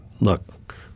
look